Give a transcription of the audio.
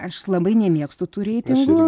aš labai nemėgstu tų reitingų